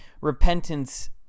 repentance